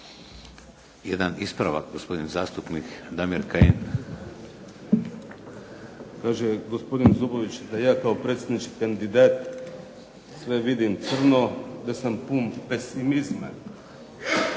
Jedan ispravak gospodin zastupnik Damir Kajin. **Kajin, Damir (IDS)** Kaže gospodin Zubović da ja kao predsjednički kandidat sve vidim crno, da sam pun pesimizma.